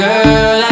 Girl